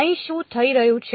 અહીં શું થઈ રહ્યું છે